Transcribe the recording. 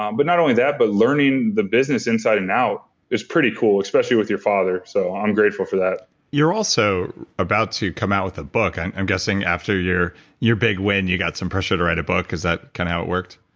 um but not only that but learning the business inside and out is pretty cool especially with your father so i'm grateful for that you're also about to come out with a book and i'm guessing after your your big win you got some pressure to write a book, is that kind of how it worked?